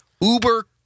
Uber